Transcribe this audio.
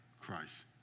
Christ